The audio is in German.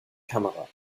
kamera